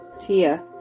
Tia